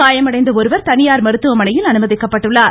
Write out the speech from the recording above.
காயமடைந்த ஒருவர் தனியார் மருத்துவமனையில் அனுமதிக்கப்பட்டுள்ளார்